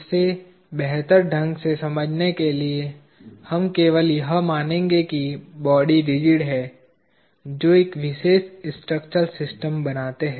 इसे बेहतर ढंग से समझने के लिए हम केवल यह मानेंगे कि बॉडी रिजिड हैं जो एक विशेष स्ट्रक्चरल सिस्टम बनाते हैं